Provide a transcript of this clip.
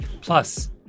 Plus